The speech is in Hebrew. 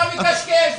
אתה מקשקש.